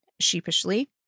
sheepishly